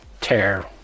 tear